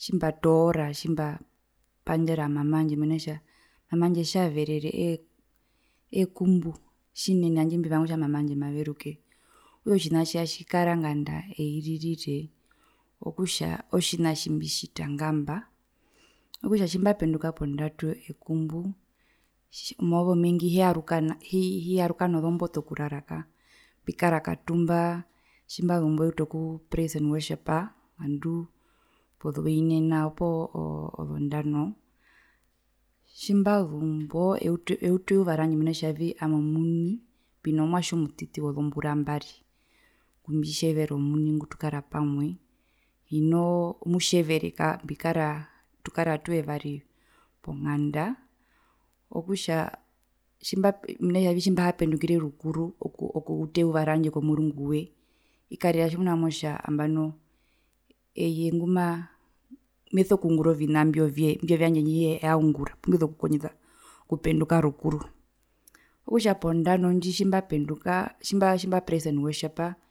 tjimbatoora tjamba pandjara mama andje tjaverere ee eekumbu tjinene handje mbivanga kutja mama andje maveruke okutja otjina tjo atjikara ngandaa eirire okutja otjina tjimbitjita ngamba okutja tjimbapenduka pondatu ekumbu omauva omengi hiyaruka nazo hiyaruka nozombotu okuarara kaako mbikara katumba tjimbazumbo eutu oku prace and worhipa nganduu pozo ine nao poo pozondano tjimbazumbo eutu eyuva randje mena rokutja ami omuni mbino mwatje omutiti wozombura mbari ngumbitjevera omuni ngutukarapamwe hinoo mutjevere kako mbikara tukara atuyevari ponganda mena kutja tjimbihapendukire rukuru oku okuuta eyuva randje komurunguwe ikarira tjina motja nambano eye onguma meso kungura ovina imbyovye imbi ovyandje handje ehaungura, okutja pondano ndji tjimbapenduka tjimba prace and worshipa